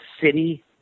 city